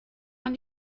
man